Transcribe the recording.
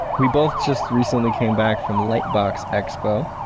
we both just recently came back from lightbox expo.